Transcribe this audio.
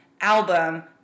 album